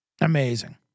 amazing